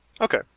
Okay